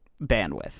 bandwidth